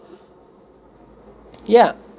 ya